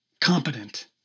competent